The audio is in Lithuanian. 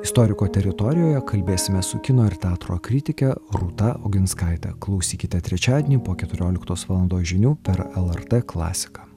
istoriko teritorijoje kalbėsime su kino ir teatro kritike rūta oginskaite klausykite trečiadienį po keturioliktos valandos žinių per lrt klasiką